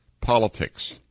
politics